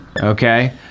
Okay